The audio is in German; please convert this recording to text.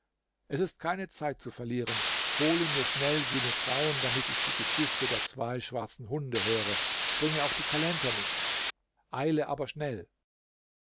es ist keine zeit zu verlieren hole mir schnell jene frauen damit ich die geschichte der zwei schwarzen hunde höre bring auch die kalender mit eile aber schnell